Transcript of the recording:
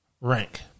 rank –